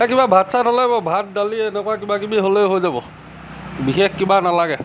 এই কিবা ভাত চাত হ'লেই হ'ব ভাত দালি এনেকুৱা কিব কিবি হ'লেই হৈ যাব বিশেষ কিবা নালাগে